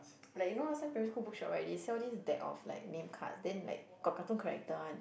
like you know last time primary school book shop right they sell this deck of like name cards then like got cartoon character one